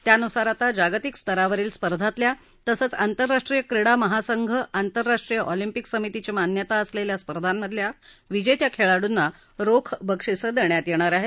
त्यानुसार आता जागतिक स्तरावरील स्पर्धातल्या तसंच आंतरराष्ट्रीय क्रीडा महासंघ आंतरराष्ट्रीय ऑलम्पिक समितीची मान्यता असलेल्या स्पर्धांमधल्या विजेत्या खेळाडूंना रोख बक्षिसं देण्यात येणार आहेत